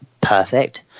perfect